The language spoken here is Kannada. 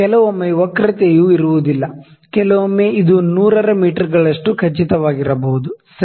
ಕೆಲವೊಮ್ಮೆ ವಕ್ರತೆಯು ಇರುವುದಿಲ್ಲ ಕೆಲವೊಮ್ಮೆ ಇದು 100 ರ ಮೀಟರ್ಗಳಷ್ಟು ಖಚಿತವಾಗಿರಬಹುದು ಸರಿ